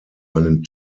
einen